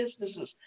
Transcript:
businesses